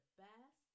best